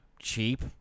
cheap